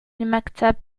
المكتب